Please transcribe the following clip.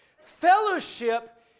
Fellowship